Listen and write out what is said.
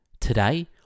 Today